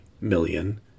million